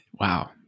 Wow